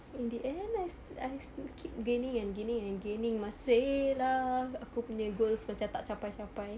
in the end I sti~ I still keep gaining and gaining and gaining masih lah aku punya goals tak capai capai